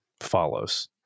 follows